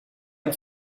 ils